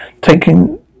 Taking